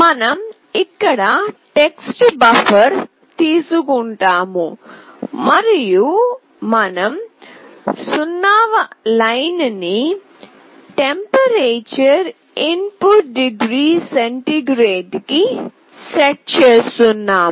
మనం ఇక్కడ text buffer తీసుకుంటాము మరియు మనం 0 వ లైన్ ని "టెంపరేచర్ ఇన్ డిగ్రీ సెంటీగ్రేడ్" కి సెట్ చేస్తున్నాము